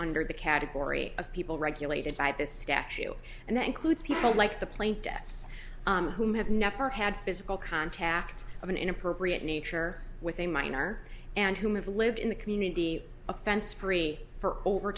under the category of people regulated by this statue and that includes people like the plaintiffs who have never had physical contact of an inappropriate nature with a minor and who have lived in the community offense free for over